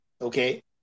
okay